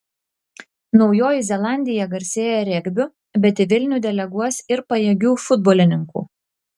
naujoji zelandija garsėja regbiu bet į vilnių deleguos ir pajėgių futbolininkų